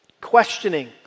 questioning